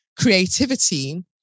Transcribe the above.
creativity